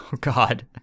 God